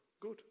good